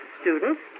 students